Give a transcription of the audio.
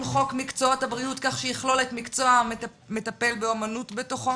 חוק מקצועות הבריאות כך שיכלול את מקצוע המטפל באומנות בתוכו.